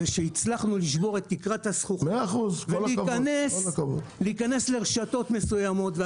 זה שהצלחנו לשבור את תקרת הזכוכית ולהיכנס לרשתות מסוימות.